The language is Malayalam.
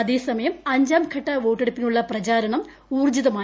അതേസമയം അഞ്ചാംഘട്ട വോട്ടെടുപ്പിനുള്ള പ്രചാരണം ഊർജ്ജിതമായി